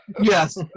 Yes